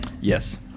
Yes